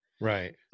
right